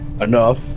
Enough